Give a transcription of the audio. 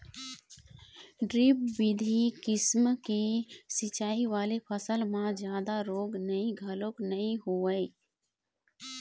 drip बिधि किसम के सिंचई वाले फसल म जादा रोग राई घलोक नइ होवय